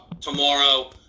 tomorrow